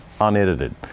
unedited